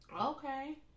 Okay